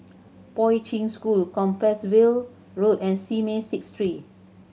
Poi Ching School Compassvale Road and Simei Six Street